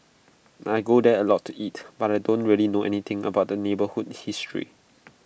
I go there A lot to eat but I don't really know anything about the neighbourhood's history